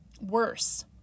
worse